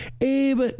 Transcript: Abe